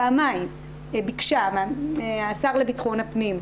פעמיים ביקשה מהשר לביטחון הפנים,